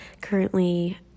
currently